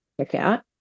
checkout